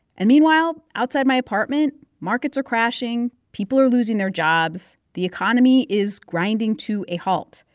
and meanwhile, outside my apartment, markets are crashing. people are losing their jobs. the economy is grinding to a halt.